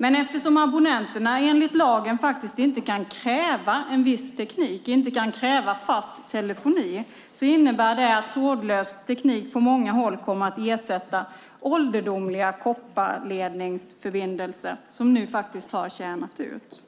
Men eftersom abonnenterna enligt lagen faktiskt inte kan kräva en viss teknik, inte kan kräva fast telefoni, kommer trådlös teknik på många håll att ersätta ålderdomliga kopparledningsförbindelser som nu har tjänat ut.